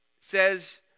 says